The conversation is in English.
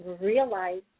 realize